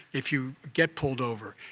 if you get pulled over,